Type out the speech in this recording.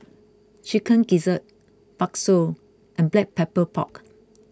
Chicken Gizzard Bakso and Black Pepper Pork